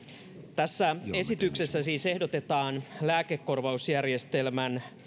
tässä esityksessä siis ehdotetaan lääkekorvausjärjestelmän